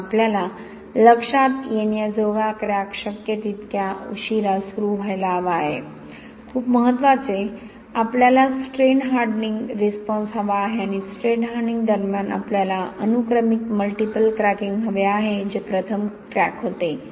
म्हणून आपल्याला लक्षात येण्याजोगा क्रॅक शक्य तितक्या उशीरा सुरू व्हायला हवा आहे खूप महत्वाचे आपल्याला स्ट्रेन हार्डनिंग रिस्पॉन्स हवा आहे आणि स्ट्रेन हार्डनिंग दरम्यान आपल्यालाअनुक्रमिक मल्टिपल क्रॅकिंग हवे आहे जे प्रथम क्रॅक होते